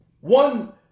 one